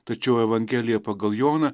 tačiau evangelija pagal joną